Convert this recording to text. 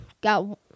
got